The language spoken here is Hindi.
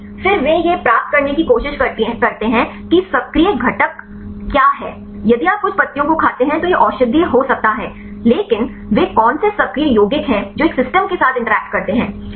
सही फिर वे यह प्राप्त करने की कोशिश करते हैं कि सक्रिय घटक क्या है यदि आप कुछ पत्तियों को खाते हैं तो यह औषधीय हो सकता है लेकिन वे कौन से सक्रिय यौगिक हैं जो एक सिस्टम के साथ इंटरैक्ट करते हैं